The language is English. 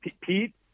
Pete